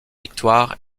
victoires